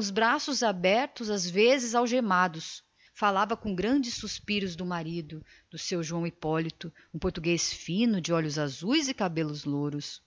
de braços abertos às vezes algemados lembrava-se com grandes suspiros do marido do seu joão hipólito um português fino de olhos azuis e cabelos louros